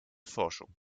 forschung